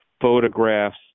photographs